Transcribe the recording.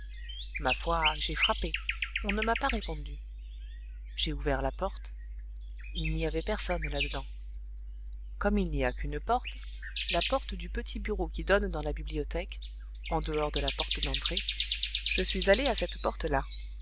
ma foi j'ai frappé on ne m'a pas répondu j'ai ouvert la porte il n'y avait personne là-dedans comme il n'y a qu'une porte la porte du petit bureau qui donne dans la bibliothèque en dehors de la porte d'entrée je suis allée à cette porte là